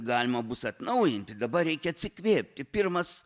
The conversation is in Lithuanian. galima bus atnaujinti dabar reikia atsikvėpti pirmas